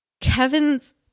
Kevin's